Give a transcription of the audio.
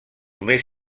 més